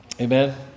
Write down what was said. Amen